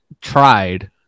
tried